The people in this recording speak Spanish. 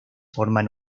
forman